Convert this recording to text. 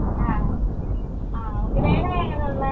ആ ആ അപ്പോൾ വേറെ ഏതാണ് ഉള്ളത്